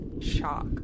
shock